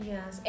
Yes